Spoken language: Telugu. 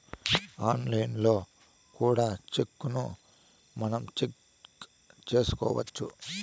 ఆన్లైన్లో కూడా సెక్కును మనం చెక్ చేసుకోవచ్చు